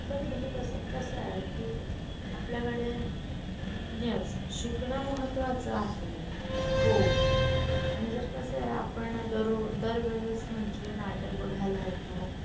sir म्हणजे तसं कसं आहे की आपल्याकडे यस शिकणं महत्त्वाचं आहे हो आणि जर कसं आहे आपण दरो दरवेळेस म्हणजे नाटक बघायला येतो